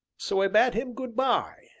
so i bade him good-by,